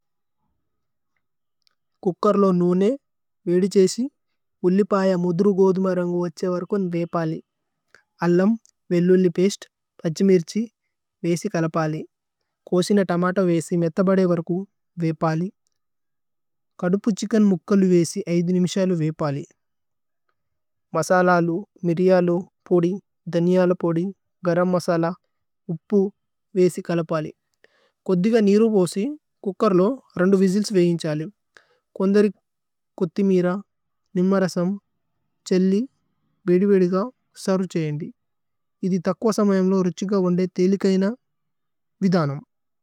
Cooker ലൂ നൂനേ വേദു ഛേസി ഉല്ലിപയ। മുദ്രു ഗോദുമ രന്ഗു ഓത്സേ വരുകുന് വേപലി। അല്ലമ്, വേല്ലുല്ലി പേസ്തേ, പഛിമിര്ഛി വേസി। കലപലി കോസിന തമത വേസി മേഥ ബദേ। വരുകുന് വേപലി കദുപു ഛിച്കേന് മുക്കലു। വേസി മിനുതേസ് വേപലി മസലലു മിരിയലു। പോദി ദനിയലു പോദി ഗരമ് മസല് ഔപ്പു। വേസി കലപലി കോദ്ദിഗ നീരു പോസി। കുക്കരു ലൂ രന്ദു വിസില്സ് വേയിന്ഛാലി। കോന്ദരി കോഥിമീര നിമ്മ രസമ് ഛേല്ലി। വേദു വേദു സരു ഛേനിദു ഇഥി തക്വ। സമയമ് ലൂ രുഛിഗ വോന്ദേ തേലികൈന।